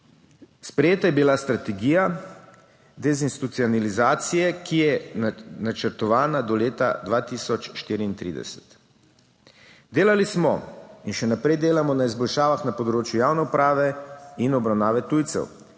Sprejeta je bila strategija deinstitucionalizacije, ki je načrtovana do leta 2034. Delali smo in še naprej delamo na izboljšavah na področju javne uprave in obravnave tujcev.